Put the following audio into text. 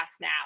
now